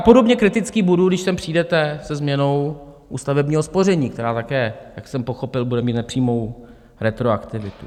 Podobně kritický budu, když sem přijdete se změnou u stavebního spoření, která také, jak jsem pochopil, bude mít nepřímou retroaktivitu.